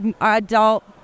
adult